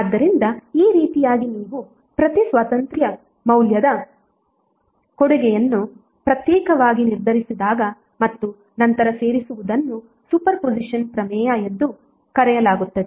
ಆದ್ದರಿಂದ ಈ ರೀತಿಯಾಗಿ ನೀವು ಪ್ರತಿ ಸ್ವಾತಂತ್ರ್ಯ ಮೂಲದ ಕೊಡುಗೆಯನ್ನು ಪ್ರತ್ಯೇಕವಾಗಿ ನಿರ್ಧರಿಸಿದಾಗ ಮತ್ತು ನಂತರ ಸೇರಿಸುವುದನ್ನು ಸೂಪರ್ ಪೊಸಿಷನ್ ಪ್ರಮೇಯ ಎಂದು ಕರೆಯಲಾಗುತ್ತದೆ